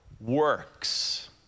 works